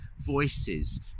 voices